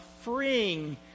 freeing